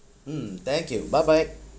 mm thank you bye bye